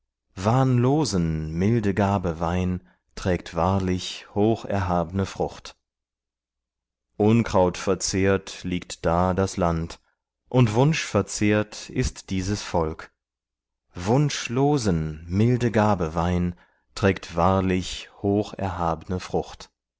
milde gabe weihn trägt wahrlich hocherhabne frucht unkrautverzehrt liegt da das land und wunschverzehrt ist dieses volk wunschlosen milde gabe weihn trägt wahrlich hocherhabne frucht